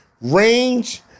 Range